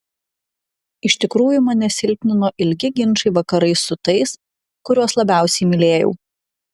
iš tikrųjų mane silpnino ilgi ginčai vakarais su tais kuriuos labiausiai mylėjau